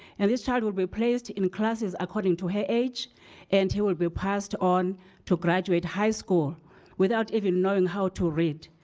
and this child will be placed in classes according to her age and she will be passed on to graduate high school without even knowing how to read.